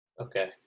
okay